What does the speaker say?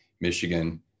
Michigan